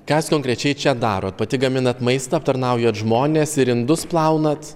kas jūs konkrečiai čia darot pati gaminat maistą aptarnaujat žmones ir indus plaunat